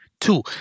Two